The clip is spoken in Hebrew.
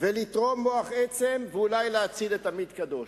ולתרום מוח עצם ואולי להציל את עמית קדוש.